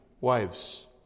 wives